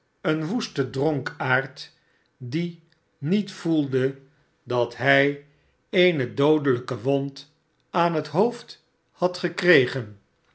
een woeste dronkaard die niet voelde dat hij eene doodelijke wond aan het hoofd had gekregen